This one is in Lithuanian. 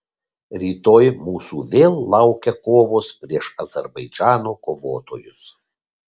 rytoj mūsų vėl laukia kovos prieš azerbaidžano kovotojus